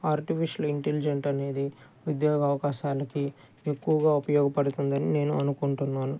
artificial intelligent అనేది ఉద్యోగ అవకాశాలకి ఎక్కువగా ఉపయోగపడుతుంది అని నేను అనుకుంటున్నాను